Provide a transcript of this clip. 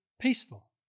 peaceful